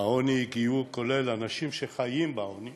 העוני הגיעו, כולל אנשים שחיים בעוני,